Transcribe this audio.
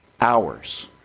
hours